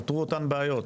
נותרו אותן בעיות.